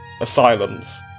asylums